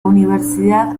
universidad